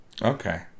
Okay